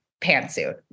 pantsuit